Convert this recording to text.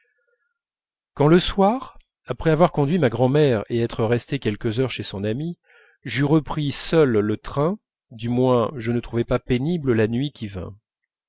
quand le soir après avoir conduit ma grand'mère et être resté quelques heures chez son amie j'eus repris seul le train du moins je ne trouvai pas pénible la nuit qui vint